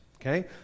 Okay